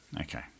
Okay